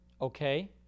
okay